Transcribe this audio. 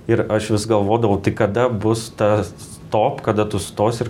ir aš vis galvodavau kada bus tas stop kada tu sustosi ir